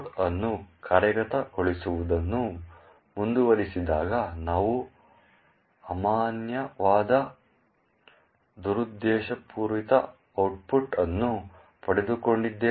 code ಅನ್ನು ಕಾರ್ಯಗತಗೊಳಿಸುವುದನ್ನು ಮುಂದುವರಿಸಿದಾಗ ನಾವು ಅಮಾನ್ಯವಾದ ದುರುದ್ದೇಶಪೂರಿತ ಔಟ್ಪುಟ್ ಅನ್ನು ಪಡೆದುಕೊಂಡಿದ್ದೇವೆ ಎಂದು ನೀವು ನೋಡುತ್ತೀರಿ